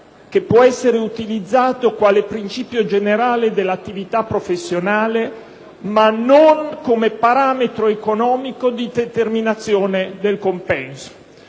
che può essere utilizzato quale principio generale dell'attività professionale, ma non come parametro economico di determinazione del compenso».